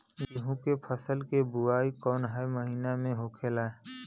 गेहूँ के फसल की बुवाई कौन हैं महीना में होखेला?